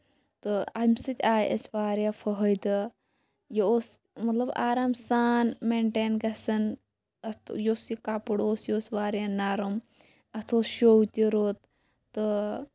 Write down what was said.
تہٕ اَمہِ سۭتۍ آیہِ اَسہِ واریاہ فٲیدٕ یہِ اوس مطلب آرام سان مینٹین گژھان اَتھ یُس یہِ کَپُر اوس یہِ اوس واریاہ نَرُم اَتھ اوس شو تہِ رُت تہٕ